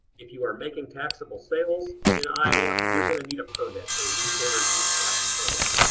if you are making taxable sales in iowa, you're going to need a permit, a retailer's use tax permit.